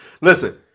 listen